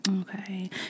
Okay